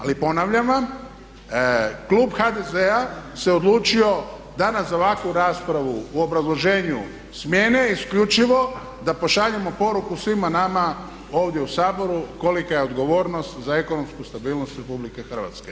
Ali ponavljam vam Klub HDZ-a se odlučio danas za ovakvu raspravu u obrazloženju smjene isključivo da pošaljemo poruku svima nama ovdje u Saboru kolika je odgovornost za ekonomsku stabilnost RH.